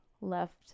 left